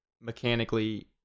mechanically